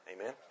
Amen